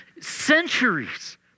centuries